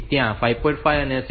5 અને 7